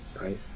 right